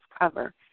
cover